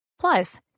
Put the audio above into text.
Plus